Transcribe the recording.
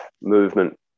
movement